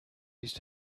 used